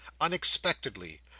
unexpectedly